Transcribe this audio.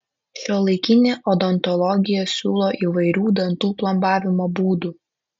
šiuolaikinė odontologija siūlo įvairių dantų plombavimo būdų